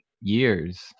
years